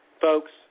Folks